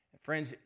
Friends